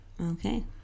Okay